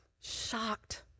shocked